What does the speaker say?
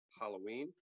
Halloween